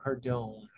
Cardone